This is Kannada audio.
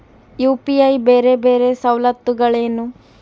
ಯು.ಪಿ.ಐ ಬೇರೆ ಬೇರೆ ಸವಲತ್ತುಗಳೇನು?